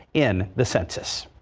in the census.